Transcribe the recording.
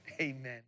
Amen